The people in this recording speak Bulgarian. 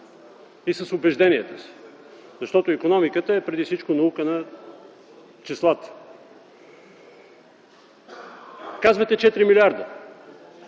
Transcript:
и с убежденията си, защото икономиката е преди всичко наука на числата. Казвате „4 милиарда”.